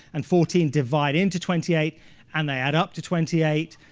and fourteen divide into twenty eight and they add up to twenty eight.